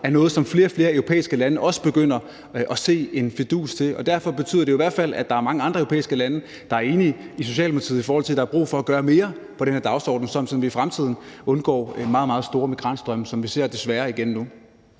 er noget, som flere og flere europæiske lande også begynder at se en fidus i. Derfor betyder det i hvert fald, at der er mange andre europæiske lande, der er enige med Socialdemokratiet i, at der er brug for at gøre mere på den her dagsorden, sådan at vi i fremtiden undgår meget, meget store migrantstrømme, som vi desværre ser igen nu.